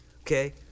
okay